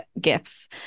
gifts